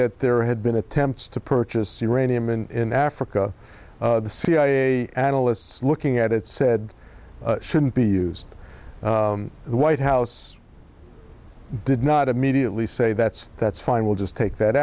that there had been attempts to purchase uranium in africa the cia analysts looking at it said shouldn't be used the white house did not immediately say that's that's fine we'll just take that